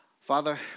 father